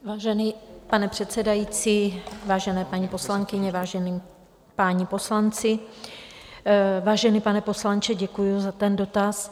Vážený pane předsedající, vážené paní poslankyně, vážení páni poslanci, vážený pane poslanče, děkuji za dotaz.